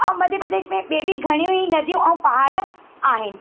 ऐं मध्य प्रदेश में ॿिए बि घणे ई नदियूं ऐं पहाड़ आहिनि